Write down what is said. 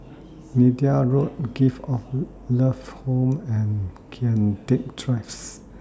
Neythai Road Gift of Love Home and Kian Teck Drives